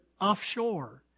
offshore